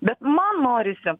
bet man norisi